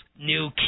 new